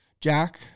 Jack